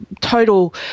total